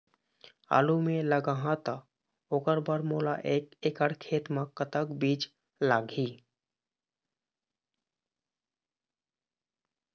आलू मे लगाहा त ओकर बर मोला एक एकड़ खेत मे कतक बीज लाग ही?